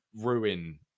ruin